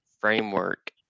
framework